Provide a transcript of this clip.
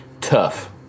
Tough